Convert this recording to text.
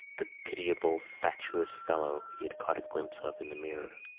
the pitiable fatuous fellow he had caught a glimpse of in the mirror.